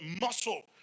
muscle